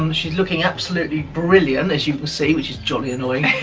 um she's looking absolutely brilliant as you can see, which is jolly annoying.